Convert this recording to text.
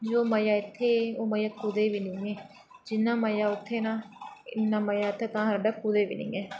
की जो मज़ा इत्तें ओह् कुदै बी निं ऐ जि'यां मज़ा उत्थें ना इन्ना मज़ा घर गै कुदै बी निं ऐ